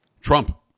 Trump